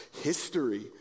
history